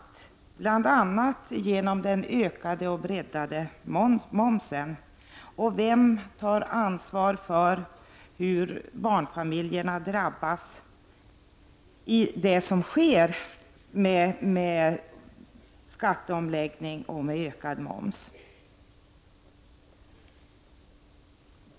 Detta sker bl.a. till följd av den ökade och breddade momsen. Vem tar ansvar för hur barnfamiljerna drabbas genom skatteomläggningen och den ökade momsen?